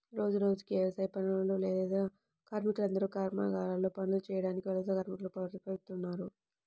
రోజురోజుకీ యవసాయ పనులు లేక కార్మికులందరూ కర్మాగారాల్లో పనులు చేయడానికి వలస కార్మికులుగా మారిపోతన్నారు